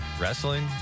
wrestling